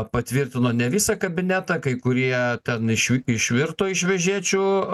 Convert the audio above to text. patvirtino ne visą kabinetą kai kurie ten išvi išvirto iš vežėčių